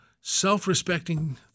self-respecting